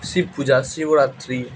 শিব পূজা শিবরাত্রি